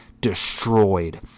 destroyed